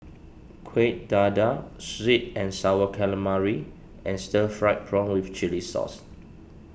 Kuih Dadar Sweet and Sour Calamari and Stir Fried Prawn with Chili Sauce